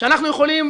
שאנחנו יכולים,